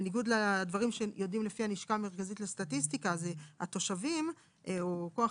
בניגוד לדברים שיודעים לפי הלשכה המרכזית לסטטיסטיקה שהתושבים שנמצאים